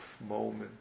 moment